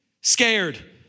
scared